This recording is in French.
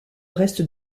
reste